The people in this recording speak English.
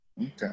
Okay